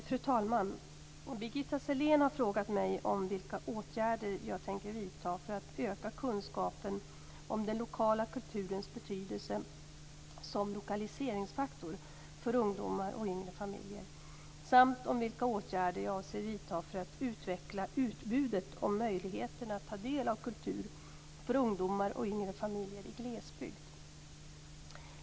Fru talman! Birgitta Sellén har frågat mig vilka åtgärder jag tänker vidta för att öka kunskapen om den lokala kulturens betydelse som lokaliseringsfaktor för ungdomar och yngre familjer samt vilka åtgärder jag avser vidta för att utveckla utbudet och möjligheterna för ungdomar och yngre familjer i glesbygd att ta del av kultur.